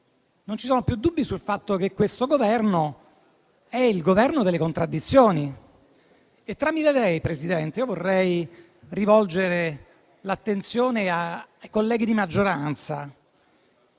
non ci siano più dubbi sul fatto che questo è il Governo delle contraddizioni. Tramite lei, signora Presidente, vorrei rivolgere l'attenzione ai colleghi di maggioranza.